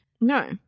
no